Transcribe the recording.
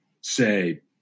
say